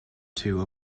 two